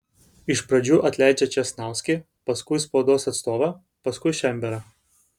iš pradžių atleidžia česnauskį paskui spaudos atstovą paskui šemberą